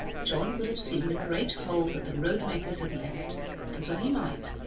john would have seen the great hole that the road-makers had left and so he might,